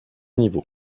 niveaux